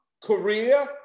Korea